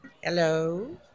Hello